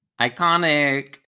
Iconic